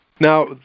Now